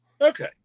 Okay